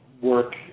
work